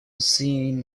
seen